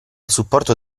supporto